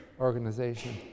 organization